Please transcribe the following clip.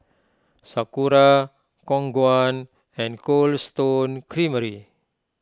Sakura Khong Guan and Cold Stone Creamery